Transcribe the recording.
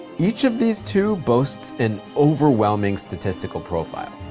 each of these two boasts an overwhelming statistical profile.